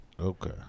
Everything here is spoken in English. Okay